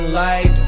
life